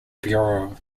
bureau